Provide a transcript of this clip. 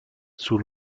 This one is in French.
sous